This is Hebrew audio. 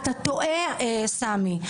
אתה טועה, סמי.